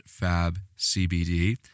FabCBD